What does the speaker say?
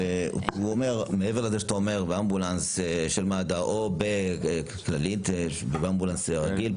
מעבר לזה שאתה אומר אמבולנס של מד"א או כל אמבולנס כללי,